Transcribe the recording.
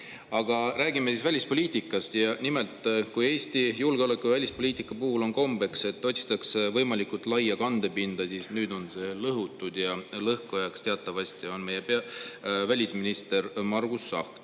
Aga räägime siis välispoliitikast. Nimelt, kui Eesti julgeoleku- ja välispoliitika puhul on kombeks, et otsitakse võimalikult laia kandepinda, siis nüüd on see lõhutud ja lõhkujaks teatavasti on meie välisminister Margus